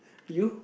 you